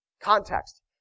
Context